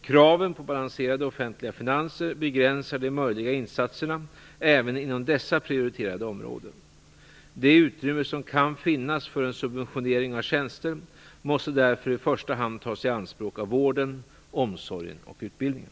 Kraven på balanserade offentliga finanser begränsar de möjliga insatserna även inom dessa prioriterade områden. Det utrymme som kan finnas för en subventionering av tjänster måste därför i första hand tas i anspråk av vården, omsorgen och utbildningen.